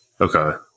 Okay